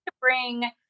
bring